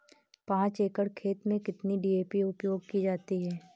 पाँच एकड़ खेत में कितनी डी.ए.पी उपयोग की जाती है?